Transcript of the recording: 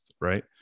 right